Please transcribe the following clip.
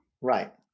Right